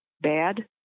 bad